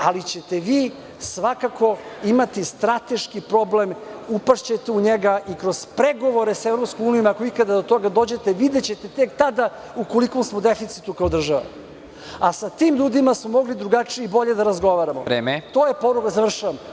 Ali, ćete vi svakako imati strateški problem, upašćete u njega kroz pregovore sa EU, ako ikada do toga dođe, videćete tek tada u kolikom smo deficitu kao država, a sa tim ljudima smo mogli drugačije i bolje da razgovaramo. (Predsednik: Vreme.) Završavam.